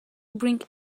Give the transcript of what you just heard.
bring